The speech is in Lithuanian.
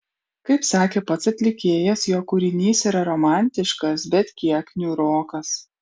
kaip sakė pats atlikėjas jo kūrinys yra romantiškas bet kiek niūrokas